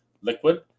liquid